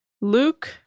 Luke